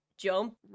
Jump